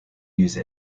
use